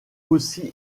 aussi